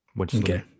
Okay